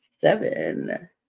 seven